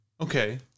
Okay